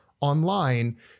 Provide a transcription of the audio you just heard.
online